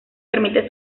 permite